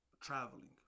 traveling